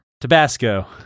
Tabasco